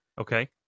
Okay